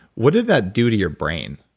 what did that do to your brain?